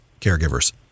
caregivers